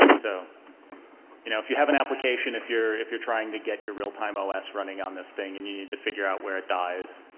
so you know if you have an application, if you're if you're trying to get realtime os running on this thing and need to figure out where it dies,